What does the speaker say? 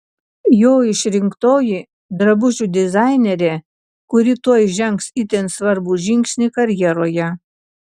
jo išrinktoji drabužių dizainerė kuri tuoj žengs itin svarbų žingsnį karjeroje